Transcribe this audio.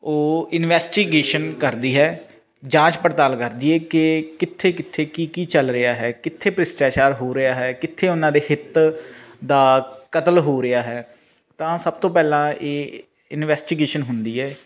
ਉਹ ਇਨਵੈਸਟੀਗੇਸ਼ਨ ਕਰਦੀ ਹੈ ਜਾਂਚ ਪੜਤਾਲ ਕਰਦੀ ਏ ਕਿ ਕਿੱਥੇ ਕਿੱਥੇ ਕੀ ਕੀ ਚੱਲ ਰਿਹਾ ਹੈ ਕਿੱਥੇ ਭ੍ਰਿਸ਼ਟਾਚਾਰ ਹੋ ਰਿਹਾ ਹੈ ਕਿੱਥੇ ਉਹਨਾਂ ਦੇ ਹਿੱਤ ਦਾ ਕਤਲ ਹੋ ਰਿਹਾ ਹੈ ਤਾਂ ਸਭ ਤੋਂ ਪਹਿਲਾਂ ਇਹ ਇਨਵੈਸਟੀਗੇਸ਼ਨ ਹੁੰਦੀ ਹੈ